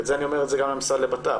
ואני אומר את זה גם למשרד הבט"פ,